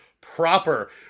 proper